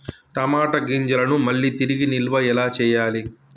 టమాట గింజలను మళ్ళీ తిరిగి నిల్వ ఎలా చేయాలి?